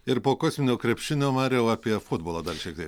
ir po kosminio krepšinio mariau apie futbolą dar šiek tiek